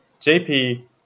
JP